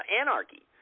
anarchy